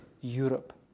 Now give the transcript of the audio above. Europe